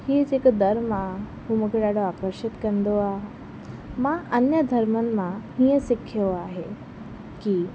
हीउ जेका धर्म आहे उहो मूंखे ॾाढा आकर्षित कंदो आहे मां अन्य धर्मनि मां हीअं सिखियो आहे की